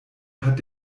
hat